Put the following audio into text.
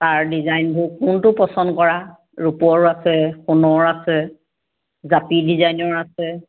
কাৰ ডিজাইনবোৰ কোনটো পচন্দ কৰা ৰূপৰ আছে সোণৰ আছে জাপি ডিজাইনৰ আছে